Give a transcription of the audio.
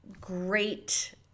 great